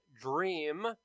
dream